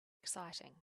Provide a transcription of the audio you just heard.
exciting